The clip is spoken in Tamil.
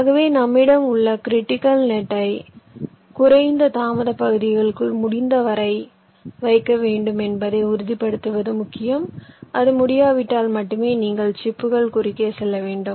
ஆகவே நம்மிடம் உள்ள கிரிட்டிக்கல் நெட்டை குறைந்த தாமதப் பகுதிகளுக்குள் முடிந்தவரை வைக்க வேண்டும் என்பதை உறுதிப்படுத்துவது முக்கியம் அது முடியாவிட்டால் மட்டுமே நீங்கள் சிப்புகள் குறுக்கே செல்ல வேண்டும்